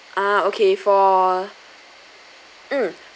err okay for mm